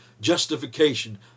justification